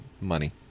money